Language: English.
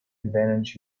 advantage